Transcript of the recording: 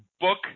book